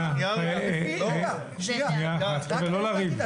חבר'ה, לא לריב.